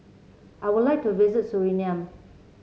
I would like to visit Suriname